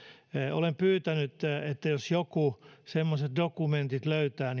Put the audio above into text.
olen pyytänyt että jos joku semmoiset dokumentit löytää